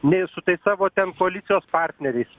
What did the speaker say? nei su tais savo ten koalicijos partneriais